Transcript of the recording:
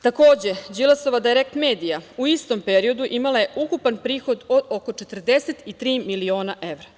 Takođe, Đilasova „Dajrekt medija“ u istom periodu imala je ukupan prihod od oko 43 milion evra.